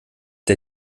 der